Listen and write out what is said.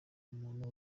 muntu